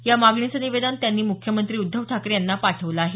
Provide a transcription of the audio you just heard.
या मागणीचे निवेदन त्यांनी मुख्यमंत्री उद्धव ठाकरे यांच्याकडे पाठवलं आहे